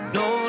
no